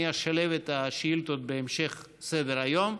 אני אשלב את השאילתות בהמשך סדר-היום,